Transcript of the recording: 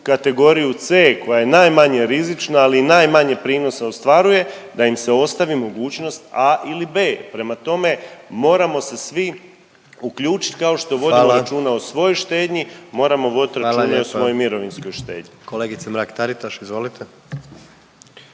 kategoriju C koja je najmanje rizična, ali i najmanje prinosa ostvaruje, da im se ostavi mogućnost A ili B. Prema tome, moramo se svi uključiti kao što vodimo računa o svojoj štednji …… /Upadica predsjednik: Fala./… … moramo voditi računa o svojoj mirovinskoj štednji. **Jandroković, Gordan